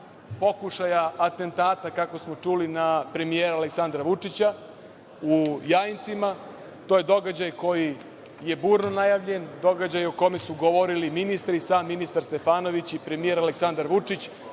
pokušaja atentata, kako smo čuli, na premijera Aleksandra Vučića u Jajincima. To je događaj koji je burno najavljen, događaj o kome su govorili i sam ministar Stefanović i premijer Aleksandar Vučić,